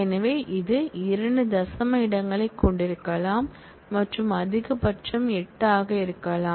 எனவே இது 2 தசம இடங்களைக் கொண்டிருக்கலாம் மற்றும் அதிகபட்சம் 8 ஆக இருக்கலாம்